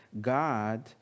God